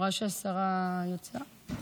רואה שהשרה יצאה.